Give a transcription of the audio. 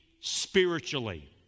spiritually